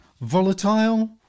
volatile